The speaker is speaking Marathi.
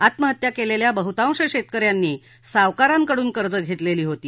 आत्महत्या केलेल्या बहुतांश शेतक यांनी सावकारांकडून कर्ज घेतलेली होती